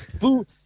Food